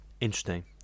Interesting